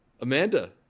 Amanda